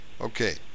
Okay